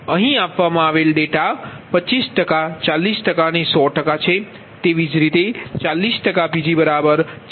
અહીં આપવામાં આવેલ ડેટા 25 40 અને 100 છે